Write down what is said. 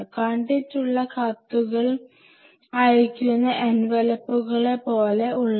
കണ്ടിട്ടുള്ള കത്തുകൾ അയക്കുന്ന എൻവെലപ്പുകളെ പോലെ ഉള്ളവ